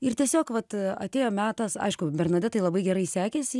ir tiesiog vat atėjo metas aišku bernadetai labai gerai sekėsi